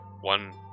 one